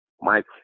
mike